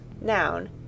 Noun